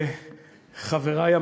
חברי,